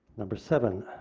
number seven.